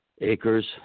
acres